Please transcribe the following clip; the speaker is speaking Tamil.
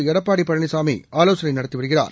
எடப்பாடி பழனிசாமி ஆலோசனை நடத்தி வருகிறார்